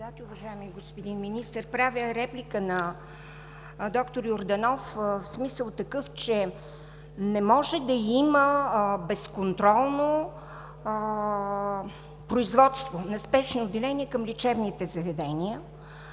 уважаеми господин Министър! Правя реплика на д-р Йорданов, в смисъл че не може да има безконтролно производство на спешни отделения към лечебните заведения.